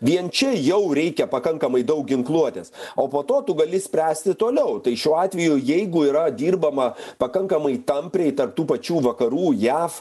vien čia jau reikia pakankamai daug ginkluotės o po to tu gali spręsti toliau tai šiuo atveju jeigu yra dirbama pakankamai tampriai tarp tų pačių vakarų jav